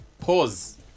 pause